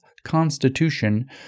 Constitution